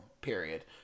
Period